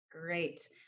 Great